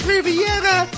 Riviera